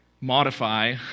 modify